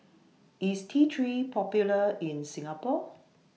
IS T three Popular in Singapore